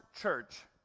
church